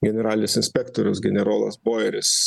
generalinis inspektorius generolas boeris